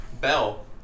Bell